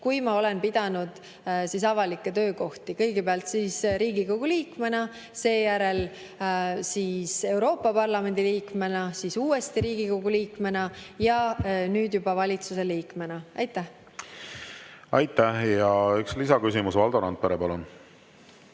kui ma olen pidanud avalikke töökohti: kõigepealt Riigikogu liikmena, seejärel Euroopa Parlamendi liikmena, siis uuesti Riigikogu liikmena ja nüüd juba valitsuse liikmena. Aitäh! Üks lisaküsimus, Valdo Randpere, palun!